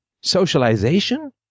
socialization